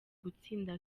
gutsinda